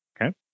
Okay